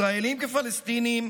ישראלים כפלסטינים,